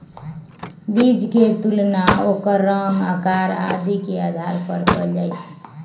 बीज के तुलना ओकर रंग, आकार आदि के आधार पर कएल जाई छई